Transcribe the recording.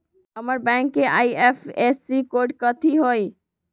हमर बैंक के IFSC code कथि हई?